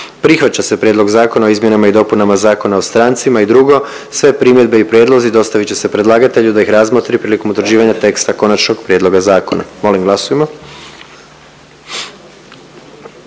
prihvaća se Prijedlog Zakona o izmjenama i dopunama Zakona o osiguranju i drugo, sve primjedbe i prijedlozi dostavit će se predlagatelju da ih razmotri prilikom utvrđivanja teksta konačnog prijedloga zakona. Glasujmo.